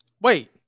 wait